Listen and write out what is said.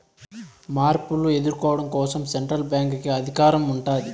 మార్పులు ఎదుర్కోవడం కోసం సెంట్రల్ బ్యాంక్ కి అధికారం ఉంటాది